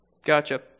gotcha